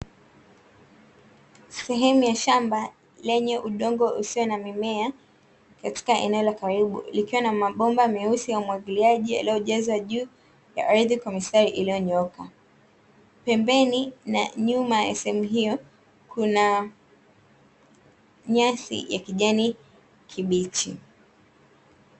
Sehemu ya shamba lenye udongo usio na mimea, katika eneo la karibu, likiwa na mabomba meusi ya umwagiliaji yaliyojazwa juu ya ardhi kwa mistari iliyonyooka. Pembeni na nyuma ya sehemu hiyo, kuna nyasi ya kijani kibichi.